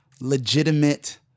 legitimate